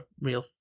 real